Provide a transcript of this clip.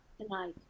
tonight